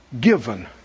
given